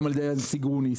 גם על-ידי הנשיא גרוניס,